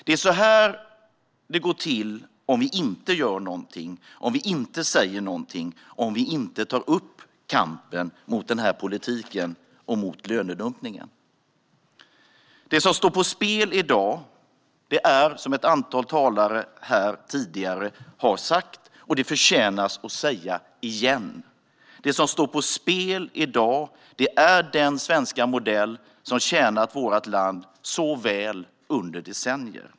Det är så det går till om vi inte gör någonting, inte säger någonting och inte tar upp kampen mot den här politiken och mot lönedumpningen. Det som står på spel i dag är något som ett antal talare här tidigare har tagit upp, och det förtjänar att sägas igen. Det som står på spel i dag är den svenska modell som har tjänat vårt land väl under decennier.